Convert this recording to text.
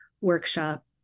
workshop